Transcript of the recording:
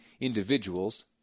individuals